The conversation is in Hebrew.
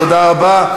תודה רבה.